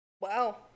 Wow